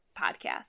podcast